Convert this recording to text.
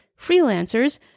freelancers